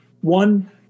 one